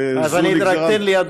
תן לי,